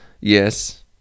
Yes